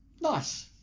Nice